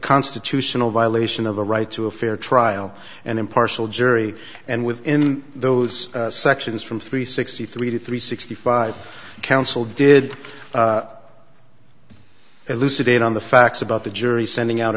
constitutional violation of a right to a fair trial an impartial jury and within those sections from three sixty three to three sixty five counsel did elucidate on the facts about the jury sending out